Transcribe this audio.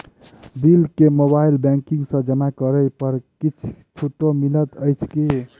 Bill केँ mobile banking सँ जमा करै पर किछ छुटो मिलैत अछि की?